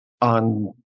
on